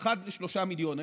אחד לשלושה מיליון,